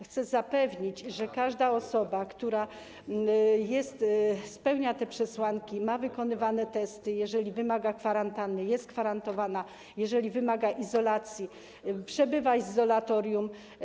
Chcę zapewnić, że każda osoba, która spełnia te przesłanki, ma wykonywane testy, jeżeli wymaga kwarantanny, to jest w kwarantannie, jeżeli wymaga izolacji, przebywa w izolatorium.